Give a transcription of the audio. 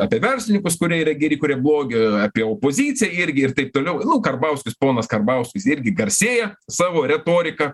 apie verslininkus kurie yra geri kurie blogi apie opozicija irgi ir taip toliau nu karbauskis ponas karbauskis irgi garsėja savo retorika